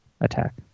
attack